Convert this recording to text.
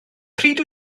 pryd